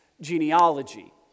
genealogy